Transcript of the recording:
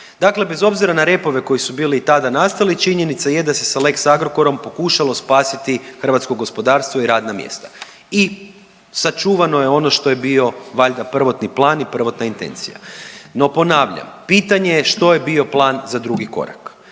Dakle, bez obzira na repove koji su bili i tada nastali činjenica jest da se sa lex Agrokorom pokušalo spasiti hrvatsko gospodarstvo i radna mjesta i sačuvano je ono što je bio valjda prvotni plan i prvotna intencija. No ponavljam, pitanje je što je bio plan za drugi korak